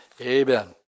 amen